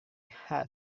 hat